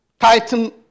Titan